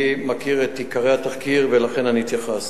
אני מכיר את עיקרי התחקיר ולכן התייחסתי.